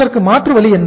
இதற்கு மாற்று வழி என்ன